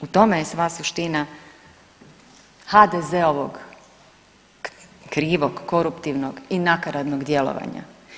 U tome je sva suština HDZ-ovog krivog, koruptivnog i nakaradnog djelovanja.